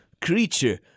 creature